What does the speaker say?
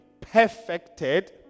perfected